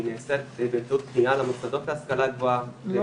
היא נעשית באמצעות פניה למוסדות להשכלה גבוהה למצוא